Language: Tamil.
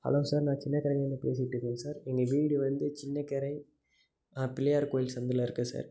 ஹலோ சார் நான் சின்னக்கரைலிருந்து பேசிகிட்டு இருக்கேன் சார் எங்கள் வீடு வந்து சின்னக்கரை பிள்ளையார் கோயில் சந்தில் இருக்குது சார்